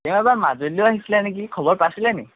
তেওঁ এইবাৰ মাজুলীলৈও আহিছিলে নেকি খবৰ পাইছিলে নেকি